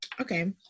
Okay